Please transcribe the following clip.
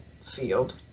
field